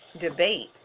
debate